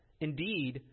Indeed